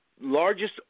largest